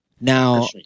Now